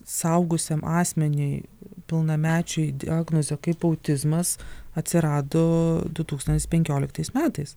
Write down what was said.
suaugusiam asmeniui pilnamečiui diagnozė kaip autizmas atsirado du tūkstantis penkioliktais metais